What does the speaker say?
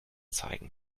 zeigen